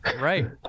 Right